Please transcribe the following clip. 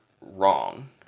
wrong